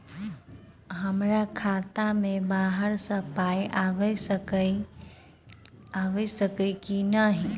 हमरा खाता मे बाहर सऽ पाई आबि सकइय की नहि?